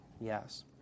Yes